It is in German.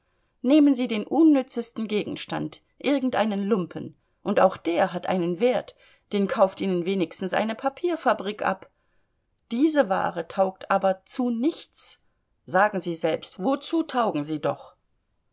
nehmen sie den unnützesten gegenstand irgendeinen lumpen und auch der hat einen wert den kauft ihnen wenigstens eine papierfabrik ab diese ware taugt aber zu nichts sagen sie selbst wozu taugen sie doch